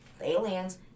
aliens